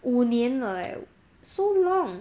五年了 eh so long